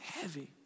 heavy